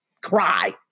cry